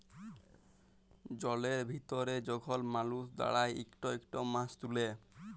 জলের ভিতরে যখল মালুস দাঁড়ায় ইকট ইকট মাছ তুলে